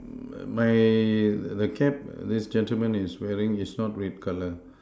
mine the cap this gentleman is wearing is not red color